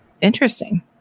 Interesting